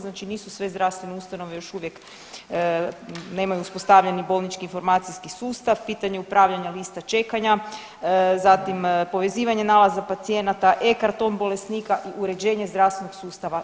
Znači nisu sve zdravstvene ustanove još uvijek, nemaju uspostavljeni bolnički i informacijski sustav, pitanje upravljanja lista čekanja, zatim povezivanja nalaza pacijenata, e-Karton bolesnika i uređenje zdravstvenog sustava.